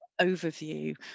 overview